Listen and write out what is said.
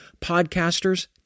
podcasters